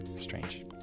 strange